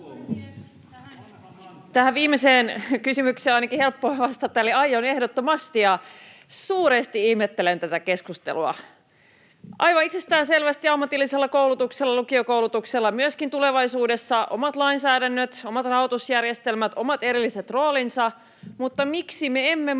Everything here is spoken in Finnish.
Tähän viimeiseen kysymykseen on ainakin helppo vastata, eli aion ehdottomasti, ja suuresti ihmettelen tätä keskustelua. Aivan itsestäänselvästi ammatillisella koulutuksella ja lukiokoulutuksella on myöskin tulevaisuudessa omat lainsäädännöt, omat rahoitusjärjestelmät ja omat erilliset roolinsa, mutta miksi me emme